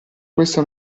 questa